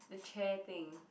the chair thing